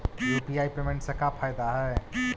UPI payment से का फायदा है?